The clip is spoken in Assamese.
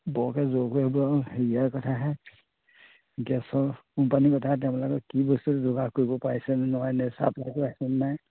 বৰকৈ হেৰিয়াৰ কথাহে গেছৰ কোম্পানীৰ কথাহে তেওঁলোকৰ কি বস্তু যোগাৰ কৰিব পাৰিছে আছেনে নাই